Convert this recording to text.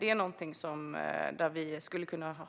Där skulle vi ha kunnat